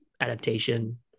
adaptation